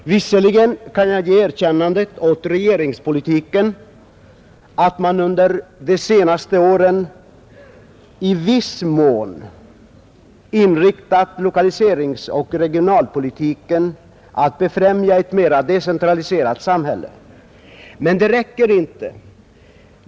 Visserligen kan jag ge erkännandet åt regeringspolitiken att man under de senaste åren i viss mån inriktat lokaliseringsoch regionalpolitiken på att befrämja ett mera decentraliserat samhälle, men det räcker inte.